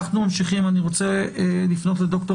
אנחנו ממשיכים אני רוצה לפנות לדוקטור